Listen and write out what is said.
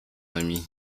ami